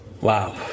Wow